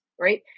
right